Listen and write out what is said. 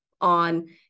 on